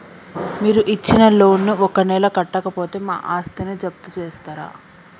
మీరు ఇచ్చిన లోన్ ను ఒక నెల కట్టకపోతే మా ఆస్తిని జప్తు చేస్తరా?